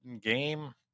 game